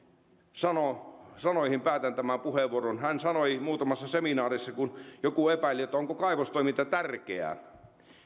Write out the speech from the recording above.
sanoihin sanoihin päätän tämän puheenvuoron muutamassa seminaarissa kun joku epäili onko kaivostoiminta tärkeää